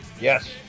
Yes